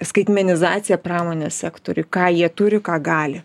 skaitmenizaciją pramonės sektoriuj ką jie turi ką gali